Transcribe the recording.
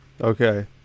Okay